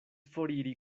foriri